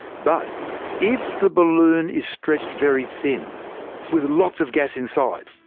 but if the balloon is stretched very thin with lots of gas inside,